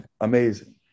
amazing